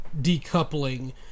decoupling